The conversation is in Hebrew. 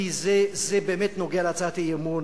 כי זה נוגע להצעת האי-אמון.